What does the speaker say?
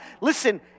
listen